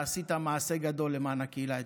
עשית מעשה גדול למען הקהילה האתיופית.